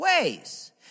ways